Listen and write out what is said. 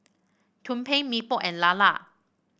tumpeng Mee Pok and lala